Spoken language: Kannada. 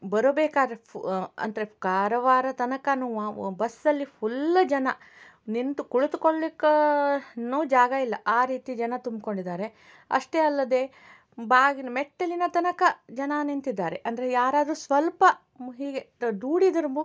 ಬರಬೇಕಾದರೆ ಅಂದರೆ ಕಾರವಾರ ತನಕನೂ ವ ಬಸ್ಸಲ್ಲಿ ಫುಲ್ಲು ಜನ ನಿಂತು ಕುಳಿತುಕೊಳ್ಲಿಕ್ಕೂನು ಜಾಗ ಇಲ್ಲ ಆ ರೀತಿ ಜನ ತುಂಬ್ಕೊಂಡಿದ್ದಾರೆ ಅಷ್ಟೇ ಅಲ್ಲದೆ ಬಾಗಿಲು ಮೆಟ್ಟಿಲಿನ ತನಕ ಜನ ನಿಂತಿದ್ದಾರೆ ಅಂದರೆ ಯಾರಾದರು ಸ್ವಲ್ಪ ಹೀಗೆ ದೂಡಿದ್ರು